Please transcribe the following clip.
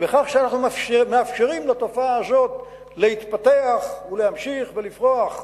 בכך שאנחנו מאפשרים לתופעה הזאת להתפתח ולהמשיך ולפרוח.